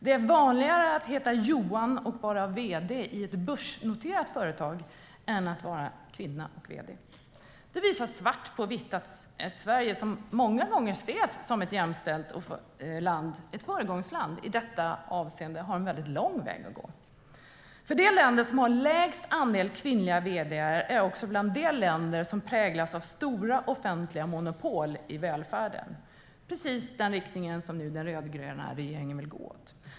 Det är vanligare att heta Johan och vara vd i ett börsnoterat företag än att vara kvinna och vd. Det finns svart på vitt att Sverige, som många gånger ses som ett föregångsland i jämställdhetsfrågor, i detta avseende har en lång väg att gå. De länder som har lägst andel kvinnliga vd:ar är också bland dem som präglas av stora offentliga monopol i välfärden. Det är precis i den riktning som den rödgröna regeringen nu vill gå.